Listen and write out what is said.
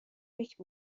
فکر